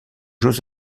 jeux